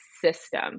system